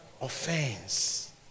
offense